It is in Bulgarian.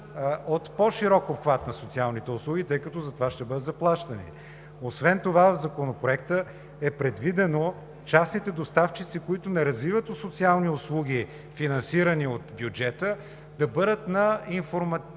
от по-широк обхват на социалните услуги, тъй като за това ще бъдат заплащани. Освен това в Законопроекта е предвидено частните доставчици, които не развиват социални услуги, финансирани от бюджета, да бъдат на уведомителен